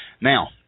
Now